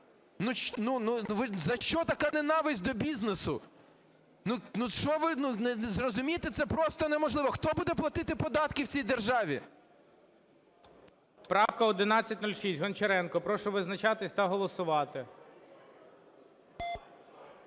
за що така ненависть до бізнесу? Ну що ви? Ну зрозумійте, це просто неможливо! Хто буде платити податки в цій державі? ГОЛОВУЮЧИЙ. Правка 1106, Гончаренко. Прошу визначатися та голосувати.